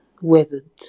weathered